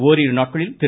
ஓரிரு நாட்களில் திரு